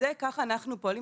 ככה אנחנו פועלים.